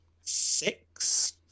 six